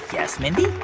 yes, mindy?